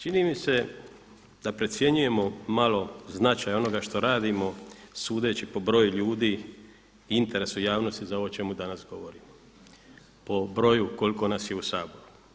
Čini mi se da precjenjujemo malo onoga što radimo sudeći po broju ljudi i interesu javnosti za ovo o čemu danas govorimo, po broju koliko nas je u Saboru.